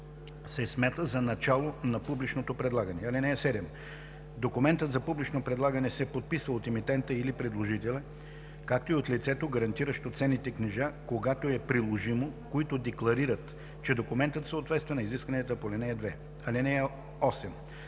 се смята за начало на публичното предлагане. (7) Документът за публично предлагане се подписва от емитента или предложителя, както и от лицето, гарантиращо ценните книжа, когато е приложимо, които декларират, че документът съответства на изискванията по ал. 2. (8)